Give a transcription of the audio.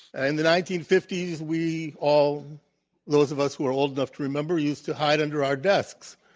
and the nineteen fifty s, we all those of us who are old enough to remember, used to hide under our desks